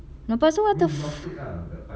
lepas tu what the f~